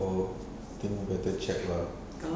oh then you better check lah